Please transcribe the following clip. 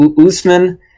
Usman